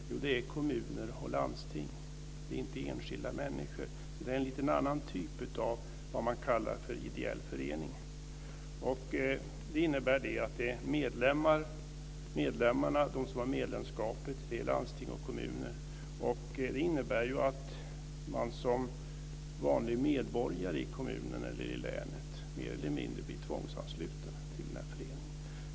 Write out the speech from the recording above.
Jo, det är kommuner och landsting, inte enskilda människor. Det är alltså en annan typ än det som man kallar för ideell förening. Medlemmarna utgörs av landsting och kommuner. Som vanlig medborgare i kommunen eller länet blir man mer eller mindre tvångsansluten till föreningen.